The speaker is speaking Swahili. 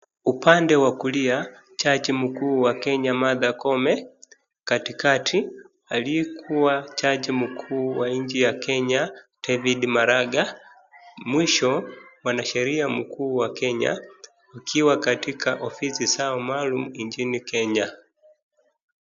Upande wa kulia ,jaji mkuu Martha Koome, katikati aliyekuwa jaji mkuu wa nchi ya Kenya David Maraga mwisho mwanasheria mkuu wa Kenya wakiwa katika ofisi zao maalum nchini Kenya.